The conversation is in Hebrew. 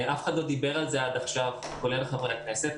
אף אחד לא דיבר על זה עד עכשיו, כולל חברי הכנסת.